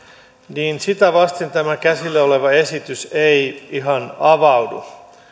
niin sitä vasten tämä käsillä oleva esitys ei ihan avaudu